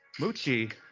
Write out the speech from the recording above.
Moochie